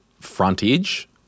frontage